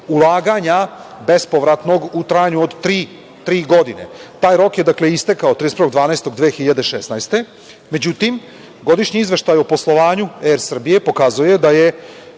ulaganja bespovratnog u trajanju od tri godine. Taj rok je, dakle, istekao 31.12.2016. godine, međutim Godišnji izveštaj o poslovanju „Er Srbije“ pokazuje da je